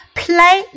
play